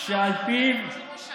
שעל פיו,